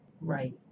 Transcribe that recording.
Right